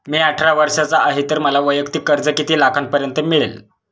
मी अठरा वर्षांचा आहे तर मला वैयक्तिक कर्ज किती लाखांपर्यंत मिळेल?